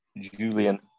Julian